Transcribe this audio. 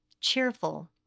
cheerful